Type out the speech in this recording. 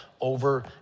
over